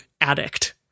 Addict